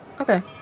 Okay